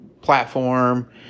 platform